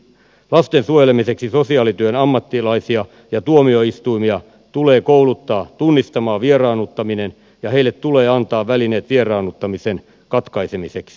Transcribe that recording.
lasten suojelemiseksi sosiaalityön ammattilaisia ja tuomioistuimia tulee kouluttaa tunnistamaan vieraannuttaminen ja heille tulee antaa välineet vieraannuttamisen katkaisemiseksi